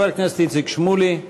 חבר הכנסת איציק שמולי,